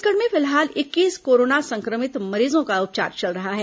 छत्तीसगढ़ में फिलहाल इक्कीस कोरोना संक्रमित मरीजों का उपचार चल रहा है